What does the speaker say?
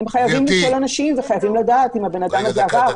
-- וחייבים לדעת אם הבן אדם הזה עבר -- דקה,